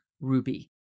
Ruby